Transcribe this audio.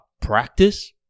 practice